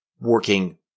working